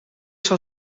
zal